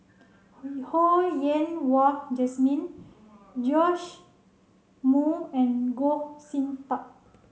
Ho Yen Wah Jesmine Joash Moo and Goh Sin Tub